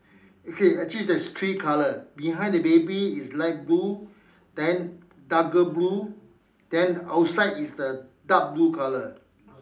okay actually there's three colour behind the baby is light blue then darker blue then outside is the dark blue colour